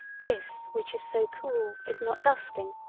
this which is so cool is not dusting,